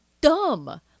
dumb